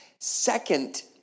Second